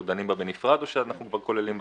אנחנו דנים בה בנפרד או כוללים בהצבעה?